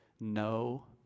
no